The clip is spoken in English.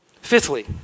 Fifthly